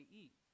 eat